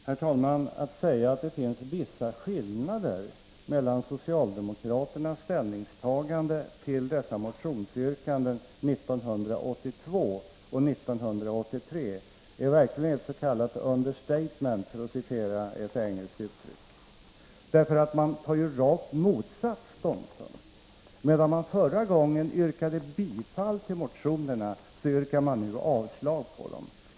Herr talman! Att säga att det finns vissa skillnader mellan socialdemokraternas ställningstagande till dessa motionsyrkanden 1982 och 1983 är verkligen ett s.k. understatement, för att använda ett engelskt uttryck. Man tar nu rakt motsatt ståndpunkt. Medan man förra gången yrkade bifall till motionerna, yrkar man nu avslag på dem.